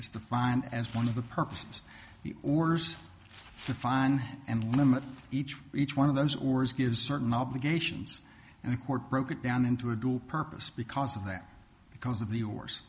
is defined as one of the purposes the orders to find and limit each each one of those ores gives certain obligations and the court broke it down into a dual purpose because of that because of the yours